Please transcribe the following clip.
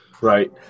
Right